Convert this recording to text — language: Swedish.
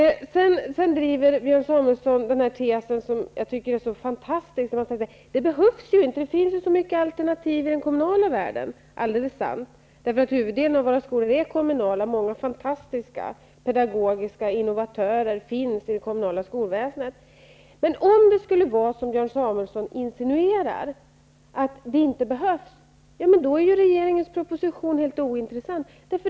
Björn Samuelson driver en tes som jag tycker är fantastisk. Han säger att det inte behövs privata skolor eftersom det finns så många alternativ i den kommunala skolvärlden. Det är sant. Huvuddelen av våra skolor är kommunala. Många fantastiska och pedagogiska innovatörer finns inom det kommunala skolväsendet. Om det skulle vara så som Björn Samuelson insinuerar att det inte behövs, är regeringens proposition helt ointressant.